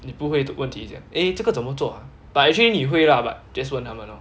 你不会的问题这样 eh 这个怎么做啊 but actually 你会啦 but just 问她们 lor